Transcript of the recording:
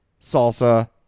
salsa